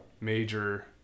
major